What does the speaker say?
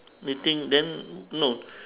knitting then no